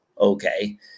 Okay